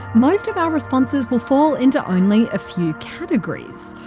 most of our responses will fall into only a few categories.